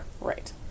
right